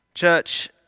Church